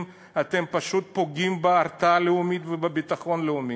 אתם פשוט פוגעים בהרתעה הלאומית ובביטחון הלאומי.